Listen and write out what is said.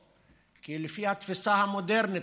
כי לפי התפיסה המודרנית,